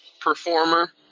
performer